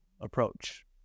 approach